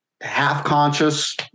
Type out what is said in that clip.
half-conscious